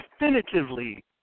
definitively